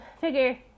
figure